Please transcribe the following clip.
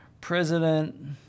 president